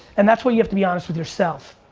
and that's where you have to be honest with yourself.